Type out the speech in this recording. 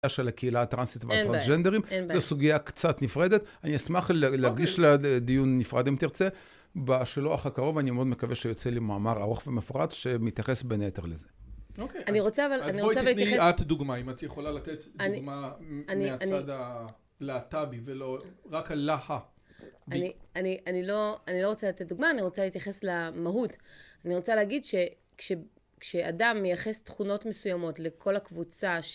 של הקהילה הטרנסית והטרנסג'נדרים. זו סוגיה קצת נפרדת. אני אשמח להקדיש לדיון נפרד אם תרצה. בשלוח הקרוב, אני מאוד מקווה שיוצא לי מאמר ארוך ומפרט שמתייחס בין היתר לזה. אני רוצה, אבל אני רוצה להתייחס... אז בואי תני את דוגמה, אם את יכולה לתת דוגמה מהצד הלהטבי, ולא רק הלה-ה. אני לא רוצה לתת דוגמה, אני רוצה להתייחס למהות. אני רוצה להגיד שכשאדם מייחס תכונות מסוימות לכל הקבוצה...